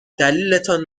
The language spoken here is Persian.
دلیلتان